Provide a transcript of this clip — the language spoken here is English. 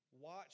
Watch